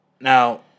Now